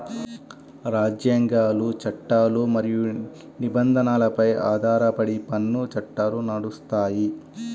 రాజ్యాంగాలు, చట్టాలు మరియు నిబంధనలపై ఆధారపడి పన్ను చట్టాలు నడుస్తాయి